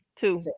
Two